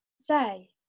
say